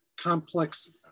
complex